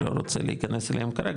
לא רוצה להיכנס אליהם כרגע,